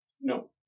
No